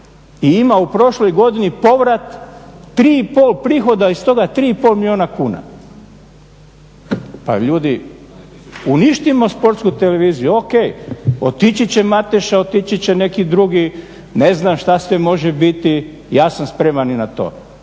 i ima u prošloj godini povrat 3 i pol, prihoda iz toga 3 i pol milijuna kuna. Pa ljudi, uništimo Sportsku televiziju, ok. Otići će Mateša, otići će neki drugi, ne znam što sve može biti, ja sam spreman i na to,